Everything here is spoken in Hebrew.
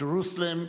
to Jerusalem,